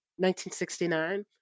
1969